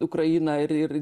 ukrainą ir ir